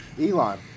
Elon